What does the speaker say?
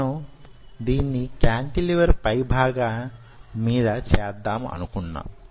మనం దీన్ని కాంటిలివర్ పై భాగం మీద చేద్దాం అనుకున్నాం